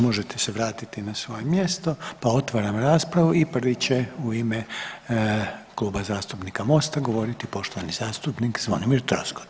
Možete se vratiti na svoje mjesto, pa otvaram raspravu i prvi će u ime Kluba zastupnika MOST-a govoriti poštovani zastupnik Zvonimir Troskot.